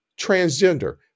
transgender